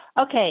Okay